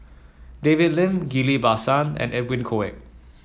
David Lim Ghillie Basan and Edwin Koek